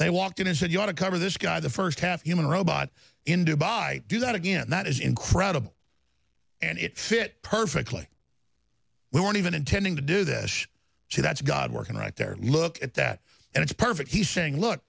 they walked in and said you want to cover this guy the first half human robot in dubai do that again that is incredible and it fit perfectly we weren't even intending to do this so that's god working right there look at that and it's perfect he's saying look